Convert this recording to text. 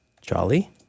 Jolly